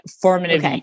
formative